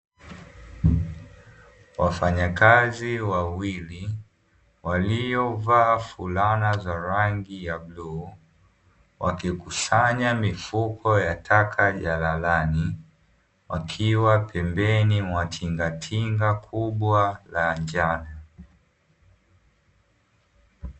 Wafanyakazi wawili waliovaa fulana za rangi ya bluu wakikusanya mifuko ya taka jalalani, wakiwa pembeni mwa tingatinga kubwa la njano.